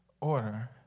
order